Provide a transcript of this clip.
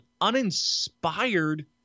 uninspired